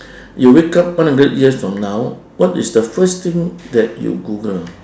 you wake up one hundred years from now what is the first thing that you google